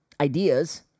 Ideas